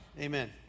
Amen